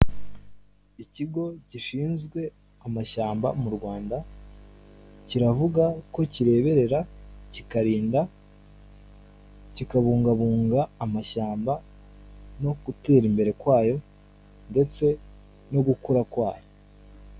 Ikigo gishinzwe amashyamba mu rwanda kiravuga ko kireberera kikarinda kikabungabunga amashyamba no gutera imbere kwayo ndetse no gukura kwayo.